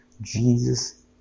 Jesus